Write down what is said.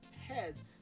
heads